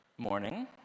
morning